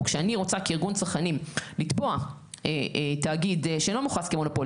או כשאני רוצה כארגון צרכנים לתבוע תאגיד שלא מוכרז כמונופול,